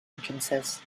entrances